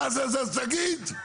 אז תגיד.